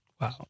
Wow